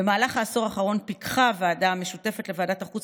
במהלך העשור האחרון פיקחה הוועדה המשותפת לוועדת החוץ